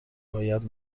باید